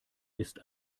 ist